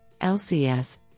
LCS